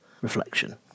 reflection